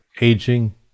aging